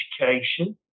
education